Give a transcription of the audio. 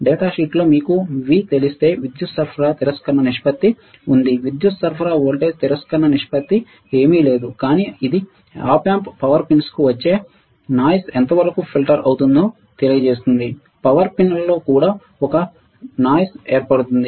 డేటాషీట్లో మీకు V తెలిస్తే విద్యుత్ సరఫరా తిరస్కరణ నిష్పత్తి ఉంది విద్యుత్ సరఫరా వోల్టేజ్ తిరస్కరణ నిష్పత్తి ఏమీ కాదు కానీ ఇది ఆప్ ఆంప్ పవర్ పిన్స్కు వచ్చే నాయిస్ ఎంతవరకు ఫిల్టర్ అవుతుందో తెలియజేస్తుంది పవర్ పిన్లలో కూడా ఒక శబ్దం ఏర్పడుతుంది